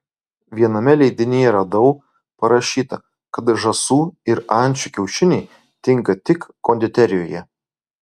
viename leidinyje radau parašyta kad žąsų ir ančių kiaušiniai tinka tik konditerijoje